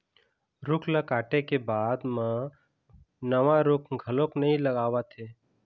रूख ल काटे के बाद म नवा रूख घलोक नइ लगावत हे